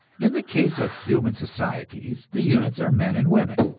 in the case of human societies the units are men and women,